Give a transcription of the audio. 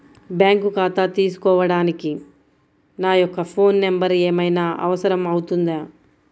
Bank ఖాతా తీసుకోవడానికి నా యొక్క ఫోన్ నెంబర్ ఏమైనా అవసరం అవుతుందా?